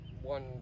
one